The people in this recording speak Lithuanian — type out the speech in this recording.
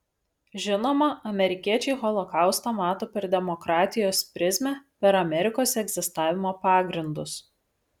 žinoma amerikiečiai holokaustą mato per demokratijos prizmę per amerikos egzistavimo pagrindus